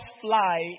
fly